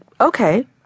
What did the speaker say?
okay